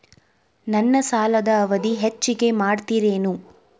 ನನ್ನ ಸಾಲದ ಅವಧಿ ಹೆಚ್ಚಿಗೆ ಮಾಡ್ತಿರೇನು?